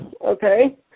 okay